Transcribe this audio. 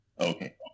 Okay